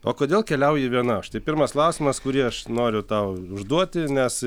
o kodėl keliauji viena o štai tai pirmas klausimas kurį aš noriu tau užduoti nes